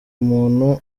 umuntu